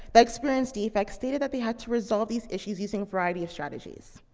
that experienced defects stated that they had to resolve these issues using a variety of strategies.